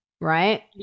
right